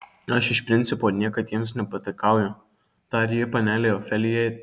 aš iš principo niekad jiems nepataikauju tarė ji panelei ofelijai